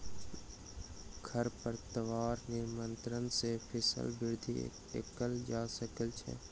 खरपतवार नियंत्रण सॅ फसीलक वृद्धि कएल जा सकै छै